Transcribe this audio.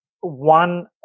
one